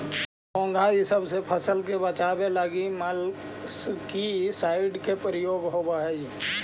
घोंघा इसब से फसल के बचावे लगी मोलस्कीसाइड के उपयोग होवऽ हई